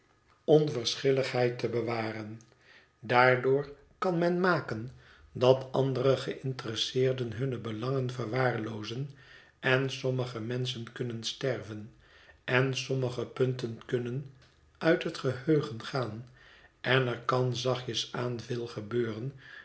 onverschilligheid te bewaren daardoor kan men maken dat andere geïnteresseerden hunne belangen verwaarloozen en sommige menschen kunnen sterven en sommige punten kunnen uit het geheugen gaan en er kan zachtjes aan veel gebeuren